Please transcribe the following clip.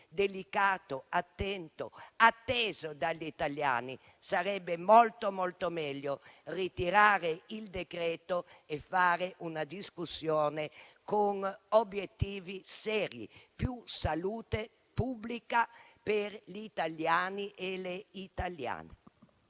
delicato, attento e atteso dagli italiani, sarebbe molto, molto meglio ritirare il decreto-legge e fare una discussione con obiettivi seri: più salute pubblica per gli italiani e le italiane.